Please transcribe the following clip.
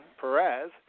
Perez